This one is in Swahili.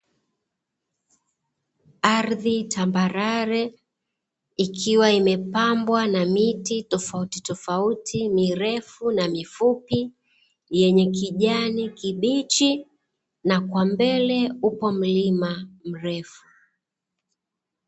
Ardhi tambarare, ikiwa imepambwa na miti tofautitofauti, mirefu na mifupi yenye kijani kibichi, na kwa mbele upo mlima mrefu.